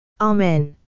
Amen